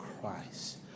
Christ